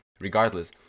regardless